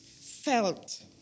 felt